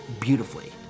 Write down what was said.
beautifully